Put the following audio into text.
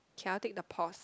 cannot take the pause